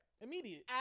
Immediate